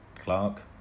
Clark